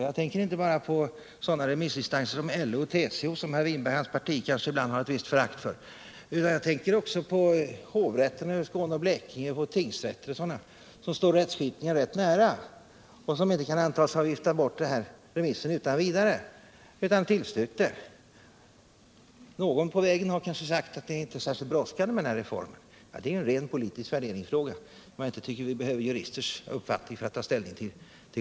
Jag tänker inte bara på sådana remissinstanser som LO och TCO, som herr Winberg och hans parti kanske kan ha ett visst förakt för. Jag tänker också på hovrätten över Skåne och Blekinge, tingsrätter och andra, som står rättsskipningen rätt nära och som inte viftat bort den här remissen utan vidare utan tillstyrkt den. Någon har kanske på vägen sagt att den här reformen inte är särskilt brådskande, men det är en rent politisk värderingsfråga, som jag inte tycker vi behöver juristers uppfattning om för att ta ställning till.